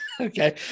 Okay